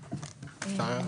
רגע.